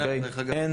אוקי?